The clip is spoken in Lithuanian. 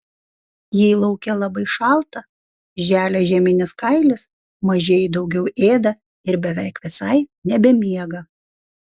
jei lauke labai šalta želia žieminis kailis mažieji daugiau ėda ir beveik visai nebemiega